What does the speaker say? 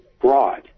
broad